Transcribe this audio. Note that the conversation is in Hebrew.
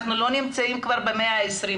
אנחנו כבר לא במאה ה-20,